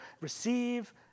receive